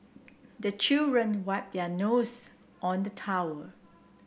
the children wipe their nose on the towel